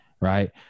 right